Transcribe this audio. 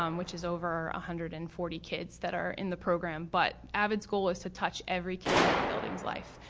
um which is over a one hundred and forty kids that are in the program, but avid's goal is to touch every kid in that building's life,